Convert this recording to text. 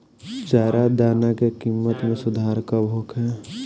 चारा दाना के किमत में सुधार कब होखे?